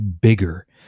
bigger